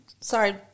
sorry